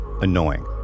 annoying